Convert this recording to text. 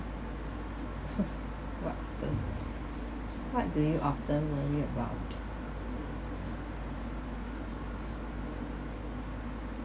what often what do you often worry about